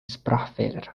sprachfehler